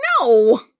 No